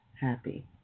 Happy